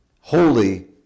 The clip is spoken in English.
Holy